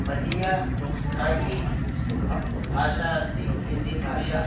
मदीया स्थानीया भाषा अस्ति हिन्दीभाषा